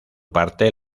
parte